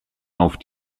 auf